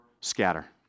scatter